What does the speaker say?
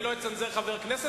אני לא אצנזר חבר כנסת,